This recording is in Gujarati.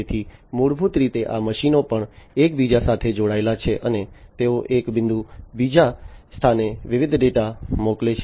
તેથી મૂળભૂત રીતે આ મશીનો પણ એકબીજા સાથે જોડાયેલા છે અને તેઓ એક બિંદુથી બીજા સ્થાને વિવિધ ડેટા મોકલે છે